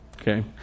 Okay